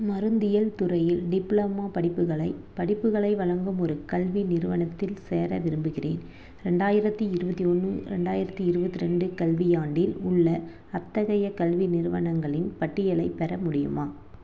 மருந்தியல் துறையில் டிப்ளோமா படிப்புகளை படிப்புகளை வழங்கும் ஒரு கல்வி நிறுவனத்தில் சேர விரும்புகிறேன் ரெண்டாயிரத்தி இருபத்தி ஒன்று ரெண்டாயிரத்தி இருபத்தி ரெண்டு கல்வியாண்டில் உள்ள அத்தகைய கல்வி நிறுவனங்களின் பட்டியலைப் பெற முடியுமா